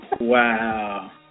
Wow